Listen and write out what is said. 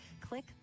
click